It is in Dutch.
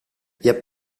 hebt